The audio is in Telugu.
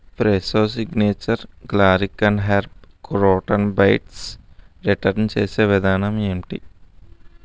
Fresho signature garlic and herb crouton bites return చేసే విధానం ఏంటి